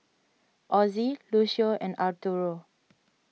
Ozzie Lucio and Arturo